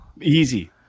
Easy